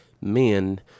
men